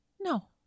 no